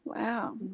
Wow